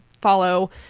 follow